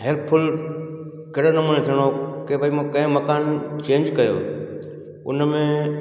helpful कहिड़े नमूने थियणो की भई कंहिं मकान चेंज कयो उन में